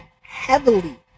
heavily